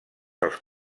els